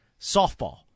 softball